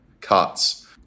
cuts